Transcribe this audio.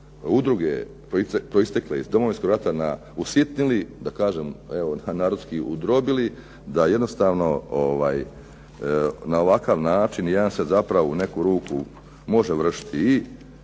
udruge proistekle iz Domovinskog rata, usitnili da kažem narodski udrobili da jednostavno na ovakav način se zapravo u neku ruku može vršiti i